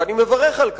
ואני מברך על כך.